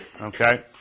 Okay